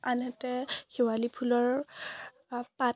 আনহাতে শেৱালি ফুলৰ পাত